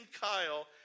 Kyle